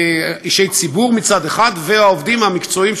אישי ציבור מצד אחד והעובדים המקצועיים,